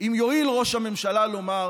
אם יואיל ראש הממשלה לומר: